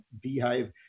beehive